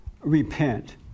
repent